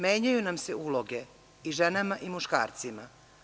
Menjaju nam se uloge i ženama i muškarcima.